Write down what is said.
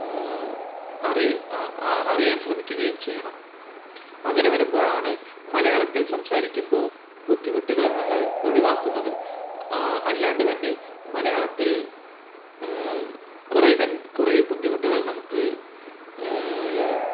അറി അറിയാൻ ശ്രമിക്കുകയും ചെയ്യണം അങ്ങനെ വരുമ്പോഴാണ് മലയാളത്തിൽ സംസാരിക്കുമ്പോൾ ബുദ്ധിമുട്ടുകൾ നമ്മൾ ഒഴിവാക്കുന്നത് അല്ലാണ്ടു തന്നെ മലയാളത്തിൽ കുറെ തൻ കുറെ ബുദ്ധിമുട്ടുകൾ നമുക്ക്